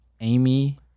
Amy